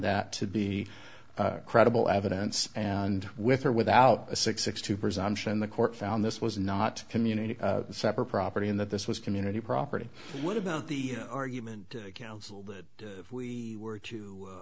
that to be credible evidence and with or without a six hundred two presumption the court found this was not community separate property and that this was community property what about the argument council that we were to